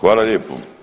Hvala lijepo.